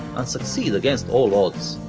and succeed against all odds.